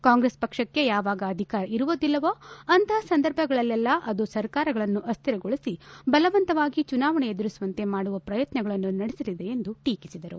ಕಾಂಗ್ರೆಸ್ ಪಕ್ಷಕ್ಕೆ ಯಾವಾಗ ಅಧಿಕಾರ ಇರುವುದಿಲ್ಲವೋ ಅಂತಹ ಸಂದರ್ಭಗಳಲ್ಲೆಲ್ಲಾ ಅದು ಸರ್ಕಾರಗಳನ್ನು ಅಸ್ವಿರಗೊಳಿಸಿ ಬಲವಂತವಾಗಿ ಚುನಾವಣೆ ಎದುರಿಸುವಂತೆ ಮಾಡುವ ಪ್ರಯತ್ನಗಳನ್ನು ನಡೆಸಲಿದೆ ಎಂದು ಟೀಕಿಸಿದರು